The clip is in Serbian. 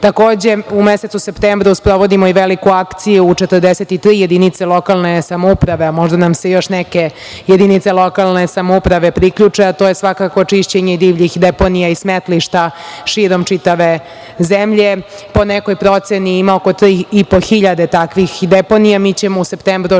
Srbije. Takođe, u mesecu septembru sprovodimo i veliku akciju u 43 jedinice lokalne samouprave, a možda nam se još neke jedinice lokalne samouprave priključe, a to je svakako čišćenje divljih deponija i smetlišta širom čitave zemlje. Po nekoj proceni, ima oko 3,5 hiljade takvih deponija, mi ćemo u septembru